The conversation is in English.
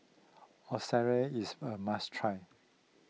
is a must try